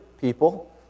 people